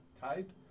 type